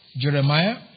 Jeremiah